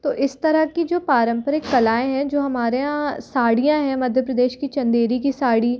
तो इस तरह की जो पारंपरिक कलाएं हैं जो हमारे यहाँ साड़ियाँ है मध्य प्रदेश की चंदेरी की साड़ी